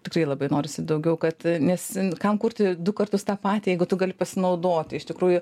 tikrai labai norisi daugiau kad nes kam kurti du kartus tą patį jeigu tu gali pasinaudoti iš tikrųjų